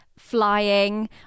Flying